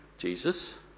Jesus